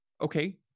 okay